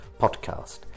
Podcast